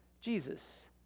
Jesus